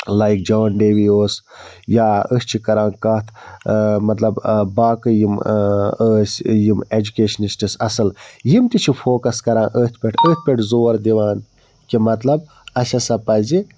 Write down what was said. like John Dewey اوس یا أسۍ چھِ کَران کَتھ مطلب باقٕے یِم ٲسۍ یِم ایٚجوکیشنِسٹٕس اَصٕل یِم تہِ چھِ فوکَس کَران أتھۍ پٮ۪ٹھ أتھۍ پٮ۪ٹھ زور دِوان کہِ مطلب اَسہِ ہَسا پَزِ